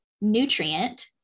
nutrient